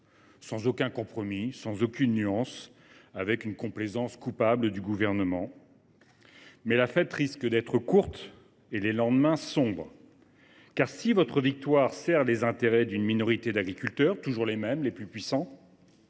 sans aucun compromis, sans aucune nuance, et avec une complaisance coupable du Gouvernement. Mais la fête risque d’être courte et les lendemains sombres. Car, si votre victoire sert les intérêts d’une minorité d’agriculteurs – toujours les mêmes : les plus puissants